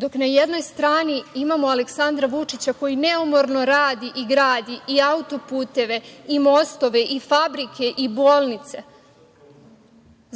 dok na jednoj strani imamo Aleksandra Vučića koji neumorno radi i gradi i auto-puteve i mostove i fabrike i bolnice.